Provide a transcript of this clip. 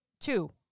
two